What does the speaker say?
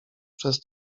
przez